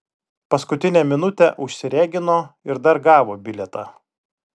paskutinę minutę užsiregino ir dar gavo bilietą